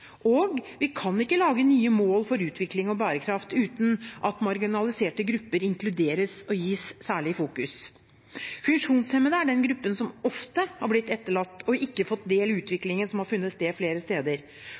Vi kan ikke lage nye mål for utvikling og bærekraft uten at marginaliserte grupper inkluderes og gis særlig fokus. Funksjonshemmede er den gruppen som ofte har blitt etterlatt og ikke fått del i utviklingen som har funnet sted flere steder.